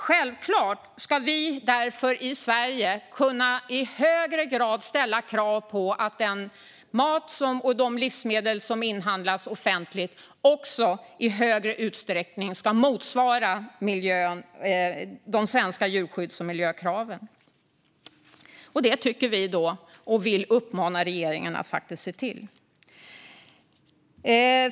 Självklart ska vi i Sverige därför kunna ställa krav på att de livsmedel som inhandlas offentligt i högre utsträckning ska motsvara de svenska djurskydds och miljökraven. Detta vill vi uppmana regeringen att faktiskt se till.